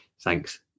Thanks